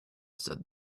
said